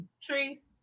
Trace